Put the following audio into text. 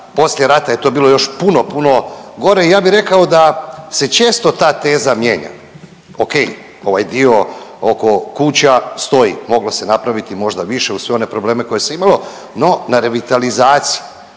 poslije rata je to bilo još puno, puno gore i ja bih rekao da se često ta teza mijenja. Okej, ovaj dio oko kuća stoji, moglo se napraviti možda više uz sve one probleme koje se imalo, no na revitalizaciji,